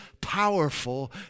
powerful